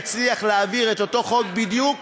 יצליח להעביר את אותו חוק בדיוק.